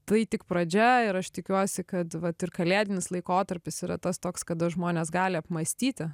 tai tik pradžia ir aš tikiuosi kad vat ir kalėdinis laikotarpis yra tas toks kada žmonės gali apmąstyti